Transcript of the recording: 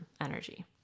energy